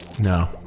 No